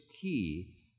key